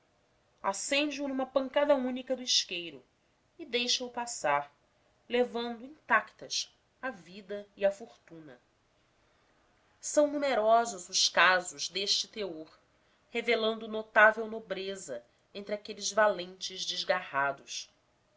cigarro acende o numa pancada única do isqueiro e deixa-o passar levando intactas a vida e a fortuna são numerosos os casos deste teor revelando notável nobreza entre aqueles valentes desgarrados